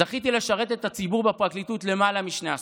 זכיתי לשרת את הציבור בפרקליטות למעלה משני עשורים,